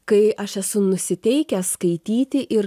kai aš esu nusiteikęs skaityti ir